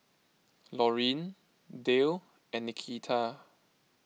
Laurine Dale and Nikita